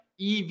EV